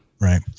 Right